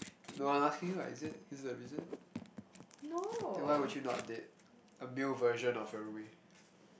pretty no